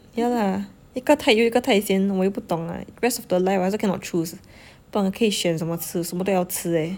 yeah lah 一个太油一个太咸我也不懂 [what] rest of the life I also cannot choose 不懂可以选什么吃什么都要吃 eh